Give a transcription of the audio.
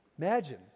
imagine